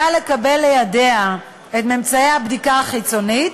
שתקבל לידיה את ממצאי הבדיקה החיצונית,